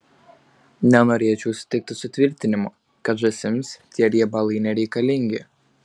nenorėčiau sutikti su tvirtinimu kad žąsims tie riebalai nereikalingi